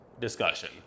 discussion